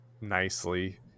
nicely